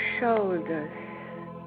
shoulders